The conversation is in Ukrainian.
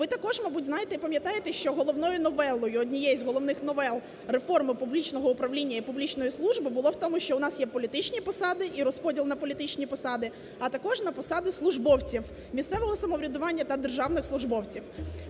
Ви також, мабуть, знаєте і пам'ятаєте, що головною новелою, однією з головних новел реформи публічного управління і публічної служби було, в тому що у нас є політичні посади і розподіл на політичні посади, а також на посади службовців місцевого самоврядування та державних службовців.